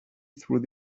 through